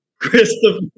Christopher